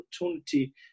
opportunity